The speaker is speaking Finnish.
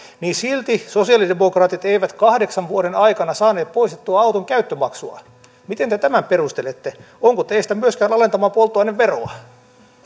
niin silti sosialidemokraatit eivät kahdeksan vuoden aikana saaneet poistettua auton käyttömaksua miten te tämän perustelette onko teistä myöskään alentamaan polttoaineveroa